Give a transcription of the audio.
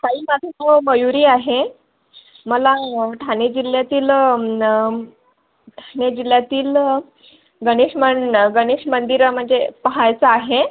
ताई माझं नाव मयूरी आहे मला ठाणे जिल्ह्यातील ठाणे जिल्ह्यातील गणेश मं गणेश मंदिरं म्हणजे पाहायचं आहे